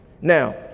Now